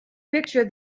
picture